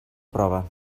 prova